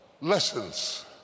lessons